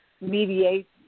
mediate